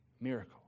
miracle